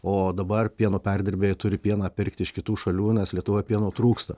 o dabar pieno perdirbėjai turi pieną pirkti iš kitų šalių nes lietuvoj pieno trūksta